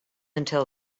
until